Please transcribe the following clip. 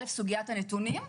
א', סוגיית הנתונים.